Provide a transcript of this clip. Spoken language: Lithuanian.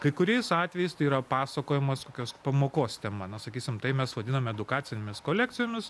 kai kuriais atvejais tai yra pasakojimas kokios pamokos tema na sakysim tai mes vadiname edukacinėmis kolekcijomis